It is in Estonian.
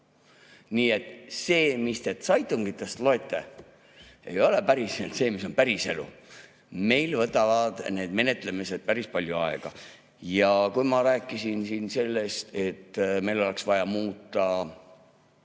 Nii et see, mis te seitungitest loete, ei ole päris see, mis on päriselu. Meil võtavad need menetlemised päris palju aega. Ma rääkisin siin sellest, et oleks vaja muuta